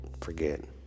forget